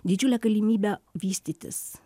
didžiulę galimybę vystytis